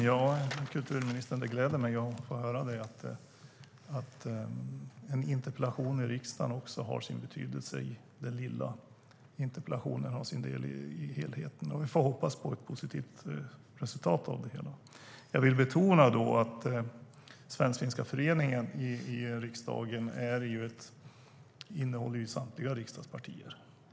Fru talman! Det gläder mig att höra, kulturministern, att den lilla interpellationen i riksdagen också har sin del i helheten. Vi får hoppas på ett positivt resultat. Jag vill betona att Svensk-finska föreningen i riksdagen har medlemmar från samtliga riksdagspartier.